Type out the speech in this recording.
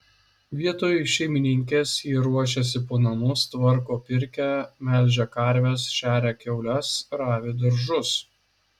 vietoj šeimininkės ji ruošiasi po namus tvarko pirkią melžia karves šeria kiaules ravi daržus